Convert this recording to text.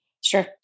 Sure